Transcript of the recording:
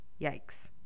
Yikes